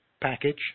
package